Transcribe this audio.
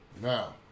Now